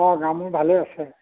অ' গা মূৰ ভালে আছে